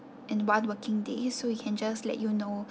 in one working days so we can just let you know